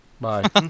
Bye